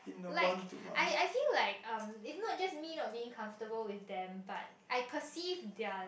like I I feel like um it not just mean of being comfortable with them but I perceive their